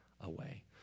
away